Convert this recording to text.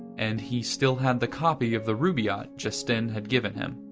and he still had the copy of the rubaiyat jestyn had given him.